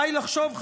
די לחשוב,